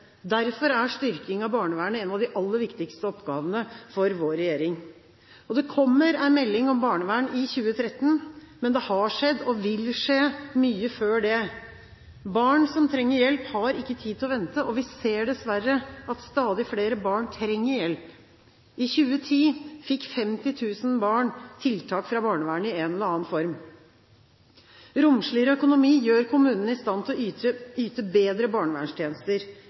Derfor er styrking av barnevernet en av de aller viktigste oppgavene for vår regjering. Det kommer en melding om barnevern i 2013, men det har skjedd og vil skje mye før det. Barn som trenger hjelp, har ikke tid til å vente, og vi ser, dessverre, at stadig flere barn trenger hjelp. I 2010 fikk 50 000 barn tiltak fra barnevernet i en eller annen form. Romsligere økonomi gjør kommunene i stand til å yte bedre barnevernstjenester.